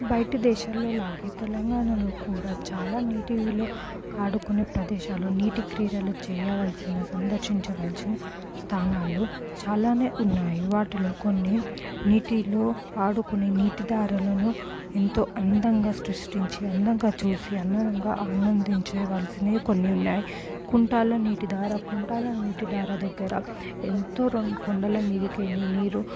బయటి దేశంలోలాగే తెలంగాణలో కూడా చాలా నీటిలో ఆడుకునే ప్రదేశాలు నీటి క్రీడలు చేయవలసిన సందర్శించవలసిన స్థానాలు చాలానే ఉన్నాయి వాటిలో కొన్ని నీటిలో ఆడుకునే నీటి దారులను ఎంతో అందంగా సృష్టించి అందంగా చూసి అందంగా ఆనందించవలసినవి కొన్ని ఉన్నాయి కుంటాల నీటి దార కుంటాల నీటి దార దగ్గర ఎంతో రెండు కొండల మీదకెళ్ళి నీరు